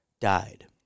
died